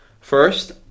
first